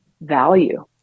value